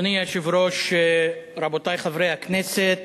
אדוני היושב-ראש, רבותי חברי הכנסת,